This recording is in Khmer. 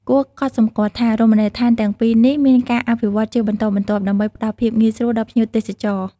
គួរកត់សម្គាល់ថា រមណីយដ្ឋានទាំងពីរនេះមានការអភិវឌ្ឍជាបន្តបន្ទាប់ដើម្បីផ្តល់ភាពងាយស្រួលដល់ភ្ញៀវទេសចរ។